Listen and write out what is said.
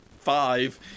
five